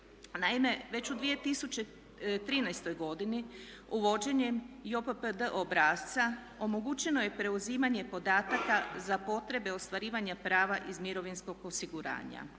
Naime, već u 2013. godini uvođenjem JOPPD obrasca omogućeno je preuzimanje podataka za potrebe ostvarivanja prava iz mirovinskog osiguranja.